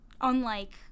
unlike-